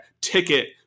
ticket